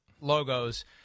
logos